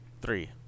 Three